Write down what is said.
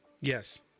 yes